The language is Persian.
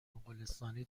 مغولستانی